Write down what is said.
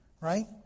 right